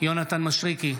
יונתן מישרקי,